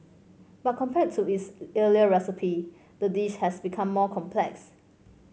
but compared to its earlier recipe the dish has become more complex